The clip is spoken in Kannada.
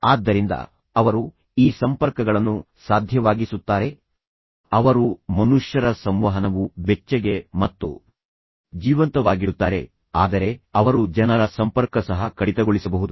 ಆದ್ದರಿಂದ ಅವರು ಈ ಸಂಪರ್ಕಗಳನ್ನು ಸಾಧ್ಯವಾಗಿಸುತ್ತಾರೆ ಅವರು ಮನುಷ್ಯರ ಸಂವಹನವು ಬೆಚ್ಚಗೆ ಮತ್ತು ಜೀವಂತವಾಗಿಡುತ್ತಾರೆ ಆದರೆ ಅವರು ಜನರನ್ನು ಸಂಪರ್ಕ ಸಹ ಕಡಿತಗೊಳಿಸಬಹುದು